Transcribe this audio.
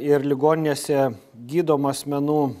ir ligoninėse gydomų asmenų